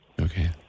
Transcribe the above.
Okay